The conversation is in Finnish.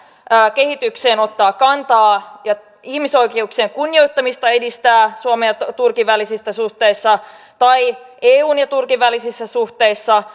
kehitykseen ottaa kantaa ja ihmisoikeuksien kunnioittamista edistää suomen ja turkin välisissä suhteissa tai eun ja turkin välisissä suhteissa